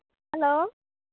hello